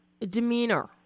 demeanor